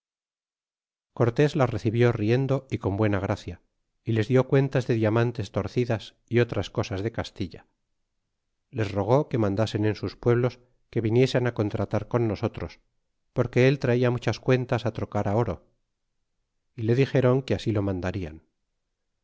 cortés las recibió riendo y con buena gracia y les dió cuentas de diamantes torcidas y otras cosas de castilla y les rogó que mandasen en sus pueblos que viniesen contratar con nosotros porque él traía muchas cuentas trocar oro y le dixéron que así lo mandarian